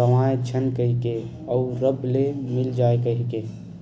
गंवाए झन कहिके अउ रब ले मिल जाय कहिके